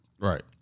Right